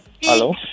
Hello